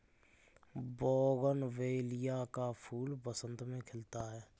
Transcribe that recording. bougainvillea का फूल बसंत में खिलता है